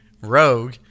rogue